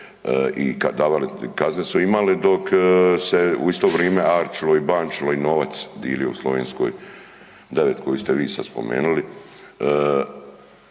i kazne su imali, dok se u isto vrime arčilo i bančilo i novac dilio u Slovenskoj 9 koju ste vi sad spomenuli